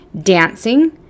Dancing